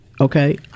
okay